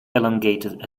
elongated